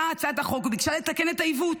באה הצעת החוק וביקשה לתקן את העיוות,